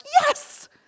yes